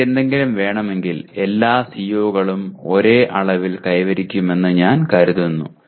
മറ്റെന്തെങ്കിലും വേണമെങ്കിൽ എല്ലാ CO കളും ഒരേ അളവിൽ കൈവരിക്കുമെന്ന് ഞാൻ കരുതുന്നു